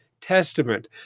testament